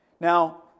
Now